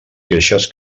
queixes